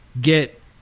get